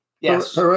Yes